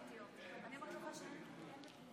ולכן אני ניגש להצביע על סעיף 2